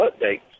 updates